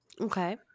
Okay